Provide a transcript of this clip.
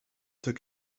took